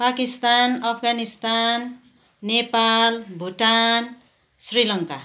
Pakistan Afghanistan Nepal Bhutan Sri Lanka